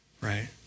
Right